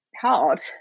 hard